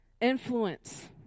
influence